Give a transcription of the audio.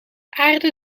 aarde